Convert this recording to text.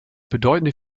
bedeutende